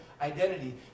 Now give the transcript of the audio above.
identity